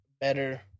better